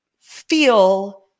feel